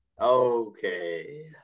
Okay